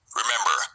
Remember